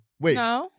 Wait